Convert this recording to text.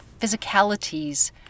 physicalities